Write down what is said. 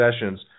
sessions